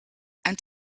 and